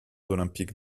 olympiques